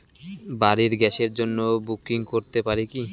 বাড়ির গ্যাসের জন্য বুকিং করতে পারি কি?